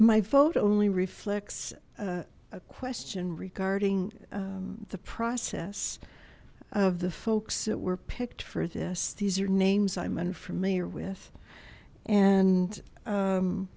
my vote only reflects a question regarding the process of the folks that were picked for this these are names i'm unfamiliar with and